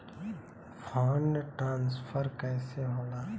Fund transfer कैसे होला?